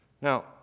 Now